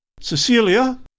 Cecilia